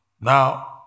Now